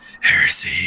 Heresy